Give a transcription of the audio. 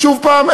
שוב הפעם,